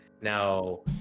now